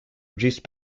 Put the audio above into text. reduce